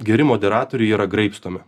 geri moderatoriai yra graibstomi